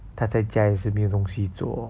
他在家也是没有东西做